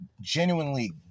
genuinely